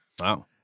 Wow